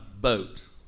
boat